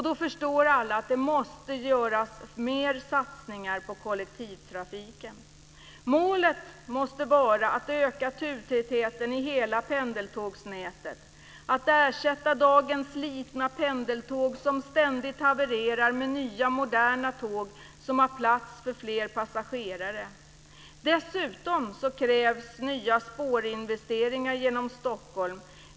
Då förstår alla att det måste göras mer satsningar på kollektivtrafiken. Målet måste vara att öka turtätheten i hela pendeltågsnätet, att ersätta dagens slitna pendeltåg som ständigt havererar med nya, moderna tåg som har plats för fler passagerare. Dessutom krävs nya spårinvesteringar genom Stockholm.